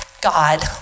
God